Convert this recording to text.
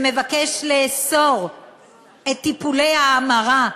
שמבקש לאסור את טיפולי ההמרה,